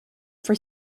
for